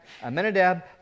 Amenadab